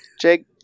Jake